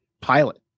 pilot